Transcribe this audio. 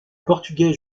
portugais